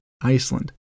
Iceland